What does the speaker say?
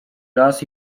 raz